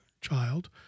child